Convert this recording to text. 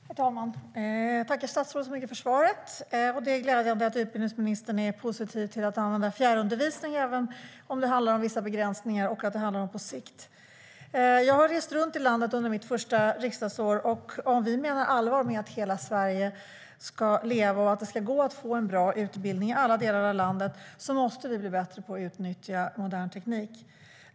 Herr talman! Jag tackar statsrådet för svaret. Det är glädjande att utbildningsministern är positiv till att använda fjärrundervisning, även om det handlar om vissa begränsningar och på sikt. Jag har rest runt i landet under mitt första riksdagsår. Om vi menar allvar med att hela Sverige ska leva och att det ska gå att få en bra utbildning i alla delar av landet måste vi bli bättre på att utnyttja modern teknik.